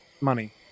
money